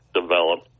develop